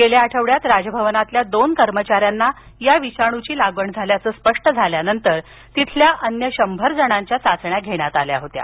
गेल्या आठवड्यात राजभवनातील दोन कर्मचाऱ्यांना या विषाणूची लागण झाल्याचं स्पष्ट झाल्यानंतर तिथल्या अन्य शंभर जणांच्या चाचण्या घेण्यात आल्या होत्या